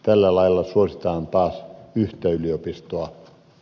tällä lailla suositaan taas yhtä yliopistoa